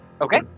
Okay